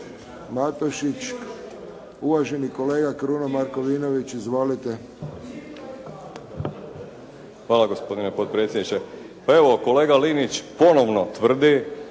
Hvala gospodine potpredsjedniče. Pa evo, kolega Linić ponovno tvrdi